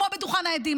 כמו בדוכן העדים.